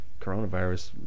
coronavirus